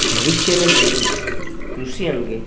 ભવિષ્યની પેઢીને કૃષિ અંગે